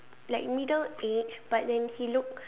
like middle aged but then he looked